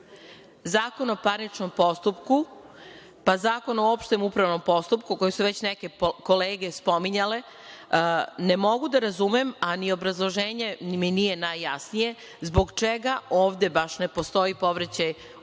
Zakon o parničnom postupku, pa Zakon o opštem upravnom postupku koji su već neke kolege spominjale, ne mogu da razumem a ni obrazloženje mi nije najjasnije, zbog čega ovde baš ne postoji povraćaj u pređašnje